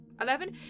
Eleven